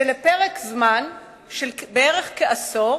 שלפרק זמן של בערך עשור